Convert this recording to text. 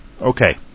Okay